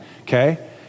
okay